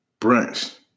Brunch